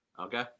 Okay